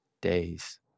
days